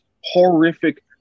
horrific